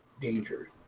danger